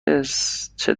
درسی